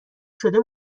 شده